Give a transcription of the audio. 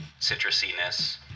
citrusiness